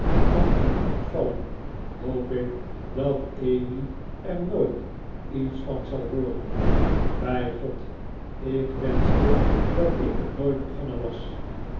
als ik mocht vallen hoop ik dat emmy er nooit iets van zal hooren bij god ik wenschte dat ik het nooit begonnen was